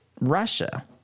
Russia